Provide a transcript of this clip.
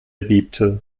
bebte